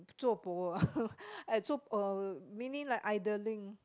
zuo po ah meaning like idling